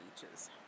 beaches